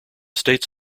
states